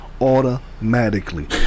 Automatically